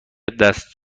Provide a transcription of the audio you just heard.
دست